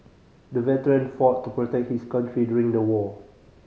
the veteran fought protect his country during the war